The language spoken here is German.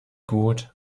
gut